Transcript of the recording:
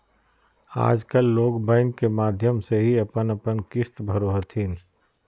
आजकल लोग बैंक के माध्यम से ही अपन अपन किश्त भरो हथिन